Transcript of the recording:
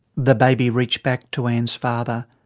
the baby reached back to anne's father.